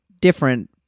different